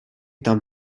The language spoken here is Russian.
там